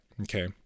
Okay